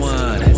one